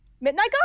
Midnight